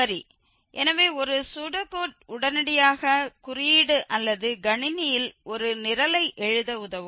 சரி எனவே ஒரு சூடோகோட் உடனடியாக குறியீடு அல்லது கணினியில் ஒரு நிரலை எழுத உதவும்